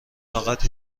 فقط